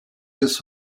des